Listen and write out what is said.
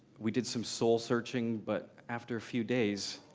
we did some soul-searching, but after a few days.